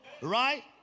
right